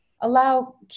allow